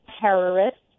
terrorists